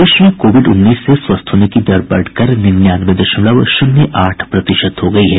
प्रदेश में कोविड उन्नीस से स्वस्थ होने की दर बढ़कर निन्यानवे दशमलव शून्य आठ प्रतिशत हो गई है